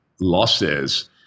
losses